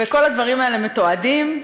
וכל הדברים האלה מתועדים,